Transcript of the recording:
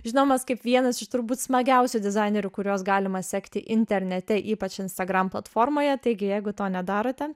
žinomas kaip vienas iš turbūt smagiausių dizainerių kuriuos galima sekti internete ypač instagram platformoje taigi jeigu to nedarote